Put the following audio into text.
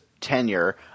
tenure